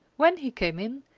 when he came in,